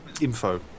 info